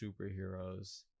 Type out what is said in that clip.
superheroes